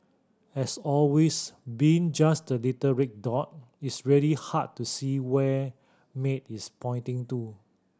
as always being just the little red dot it's really hard to see where Maid is pointing to